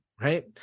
right